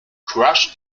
crushed